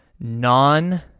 non